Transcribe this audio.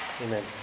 Amen